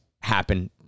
happen